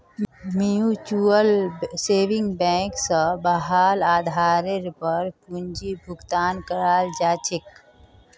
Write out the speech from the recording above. mutual saving bank स वहार आधारेर पर पूंजीर भुगतान कराल जा छेक